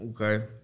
Okay